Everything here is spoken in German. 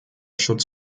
schutz